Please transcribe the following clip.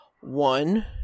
one